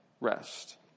rest